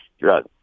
drug